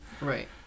Right